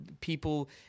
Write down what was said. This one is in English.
people